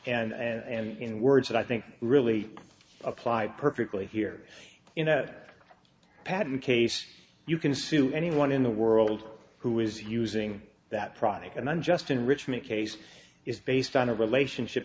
and words that i think really apply perfectly here you know a patent case you can sue anyone in the world who is using that product and unjust enrichment case is based on a relationship